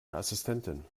assistentin